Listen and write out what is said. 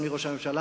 אדוני ראש הממשלה,